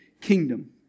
kingdom